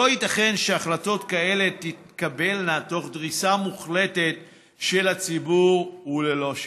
לא ייתכן שהחלטות כאלה תתקבלנה תוך דריסה מוחלטת של הציבור וללא שיתופו.